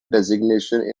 designation